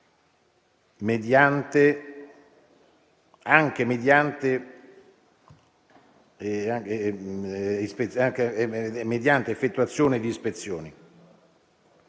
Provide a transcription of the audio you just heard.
mediante l'effettuazione di ispezioni,